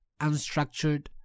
unstructured